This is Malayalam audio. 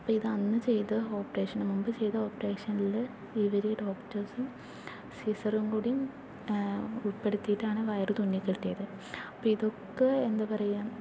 അപ്പോൾ ഇത് അന്ന് ചെയ്ത ഓപ്പറേഷൻ മുൻപ് ചെയ്ത ഓപ്പറേഷനില് ഇവര് ഈ ഡോക്ടേർസും സിസ്സറും കൂടിയും ഉൾപ്പെടുത്തിയിട്ടാണ് വയറ് തുന്നികെട്ടിയത് അപ്പോൾ ഇതൊക്കെ എന്താ പറയുക